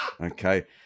Okay